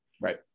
Right